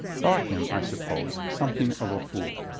thought him, i suppose, something of a fool.